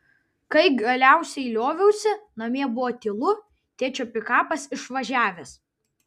kai galiausiai lioviausi namie buvo tylu tėčio pikapas išvažiavęs